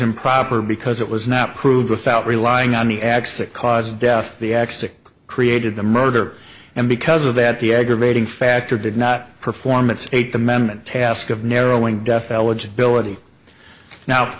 improper because it was not proved without relying on the acts that cause death the acts that created the murder and because of that the aggravating factor did not perform its eighth amendment task of narrowing death eligibility now